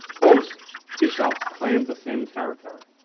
both bishops claim the same territory.